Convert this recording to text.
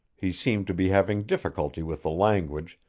he seemed to be having difficulty with the language,